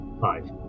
Five